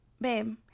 babe